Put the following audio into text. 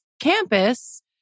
campus